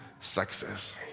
success